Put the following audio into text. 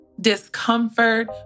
discomfort